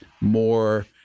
more